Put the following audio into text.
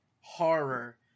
Horror